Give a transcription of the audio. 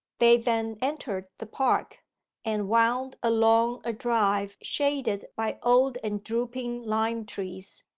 they then entered the park and wound along a drive shaded by old and drooping lime-trees,